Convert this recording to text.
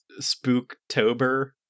Spooktober